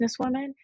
businesswoman